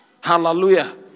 Hallelujah